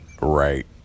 right